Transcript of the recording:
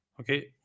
okay